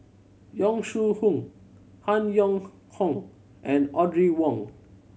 Yong Shu Hoong Han Yong Hong and Audrey Wong